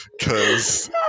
cause